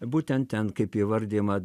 būtent ten kaip įvardijama